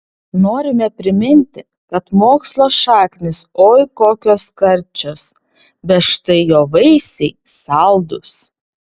norime priminti kad mokslo šaknys oi kokios karčios bet štai jo vaisiai saldūs